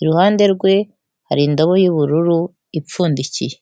iruhande rwe hari indobo y'ubururu ipfundikiye.